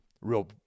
real –